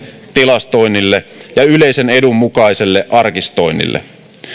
tilastoinnille ja yleisen edun mukaiselle arkistoinnille